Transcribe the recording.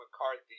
McCarthy